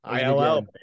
ILL